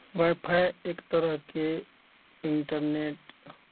Wi-Fi एक तरहके internet